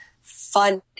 fun